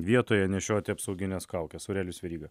vietoje nešioti apsaugines kaukes aurelijus veryga